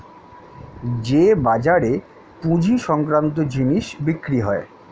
যে বাজারে পুঁজি সংক্রান্ত জিনিস বিক্রি হয়